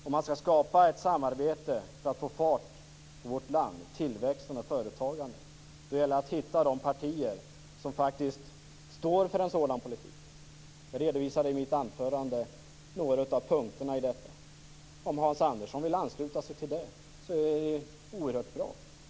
Om man skall skapa ett samarbete för att få fart på vårt land, på tillväxten och företagandet, gäller det att hitta de partier som faktiskt står för en sådan politik. Jag redovisade i mitt anförande några av punkterna för detta. Om Hans Andersson vill ansluta sig till det så är det oerhört bra.